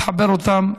תחבר אותם,